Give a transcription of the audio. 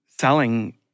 selling